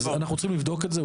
אז אנחנו צריכים לבדוק את זה,